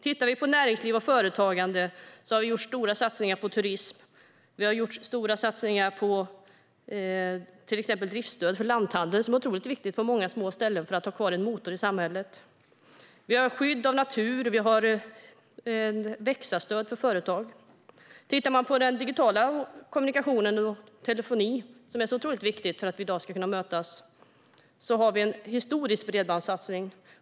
Tittar vi på näringsliv och företagande har vi gjort stora satsningar på turism och på till exempel driftsstöd för lanthandel som är otroligt viktig på många små ställen för att man ska ha kvar en motor i samhället. Vi har skydd av natur. Vi har ett växa-stöd för företag. Tittar man på den digitala kommunikationen och telefoni, som är så otroligt viktig för att vi i dag ska kunna mötas, har vi gjort en historisk bredbandssatsning.